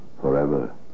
Forever